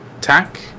Tack